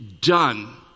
done